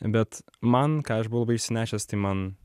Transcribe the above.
bet man ką aš buvau labai išsinešęs tai man